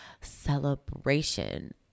celebration